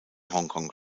hongkong